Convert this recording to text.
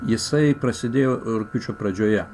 jisai prasidėjo rugpjūčio pradžioje